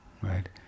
right